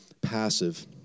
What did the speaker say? passive